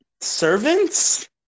servants